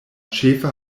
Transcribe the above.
ĉefa